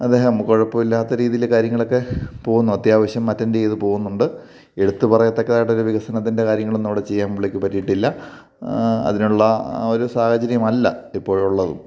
അദ്ദേഹം കുഴപ്പമില്ലാത്ത രീതിയിൽ കാര്യങ്ങളൊക്കെ പോകുന്നു അത്യാവശ്യം അറ്റൻറ് ചെയ്തു പോകുന്നുണ്ട് എടുത്തു പറയത്തക്കതായിട്ട് ഒരു വികസനത്തിൻ്റെ കാര്യങ്ങളൊന്നും അവിടെ ചെയ്യാൻ പുള്ളിക്ക് പറ്റിയിട്ടില്ല അതിനുള്ള ഒരു സാഹചര്യമല്ല ഇപ്പോഴുള്ളതും